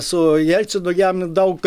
su jelcinu jam daug